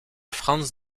frans